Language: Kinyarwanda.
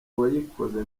wayikoze